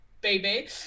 baby